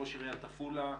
ראש עיריית עפולה,